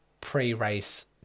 pre-race